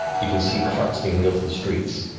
you can see carts being wheeled through the streets,